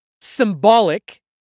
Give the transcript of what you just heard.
symbolic